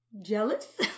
jealous